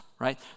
right